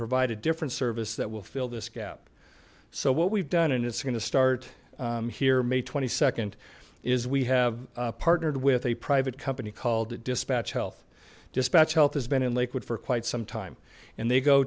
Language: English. provide a different service that will fill this gap so what we've done and it's going to start here may twenty second is we have partnered with a private company called dispatch health dispatch health has been in lakewood for quite some time and they go